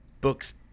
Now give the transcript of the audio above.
book's